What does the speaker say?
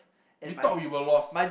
we thought we were lost